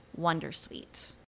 wondersuite